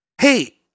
hey